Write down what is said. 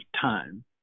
time